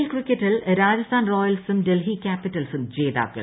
L ക്രിക്കറ്റിൽ രാജസ്ഥാൻ റോയൽസും ഡൽഹി ക്യാപിറ്റൽസും ജേതാക്കൾ